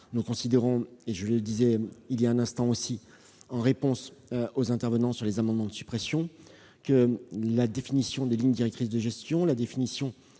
Nous considérons, comme je le disais il y a un instant en réponse aux intervenants sur les amendements de suppression de l'article, que la définition des lignes directrices de gestion et la définition